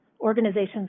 organizations